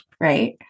right